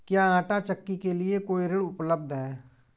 क्या आंटा चक्की के लिए कोई ऋण उपलब्ध है?